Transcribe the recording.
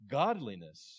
godliness